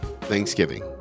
Thanksgiving